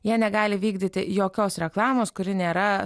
jie negali vykdyti jokios reklamos kuri nėra